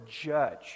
judge